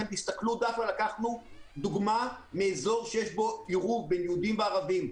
לקחנו דוגמה מאזור שיש בו עירוב בין יהודים וערבים.